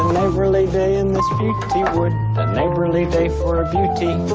neighborly day in this beautywood, a neighborly day for beauty.